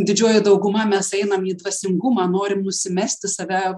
didžioji dauguma mes einam į dvasingumą norim nusimesti save